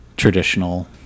traditional